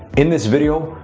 in this video,